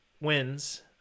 wins